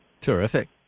Terrific